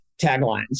taglines